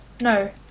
No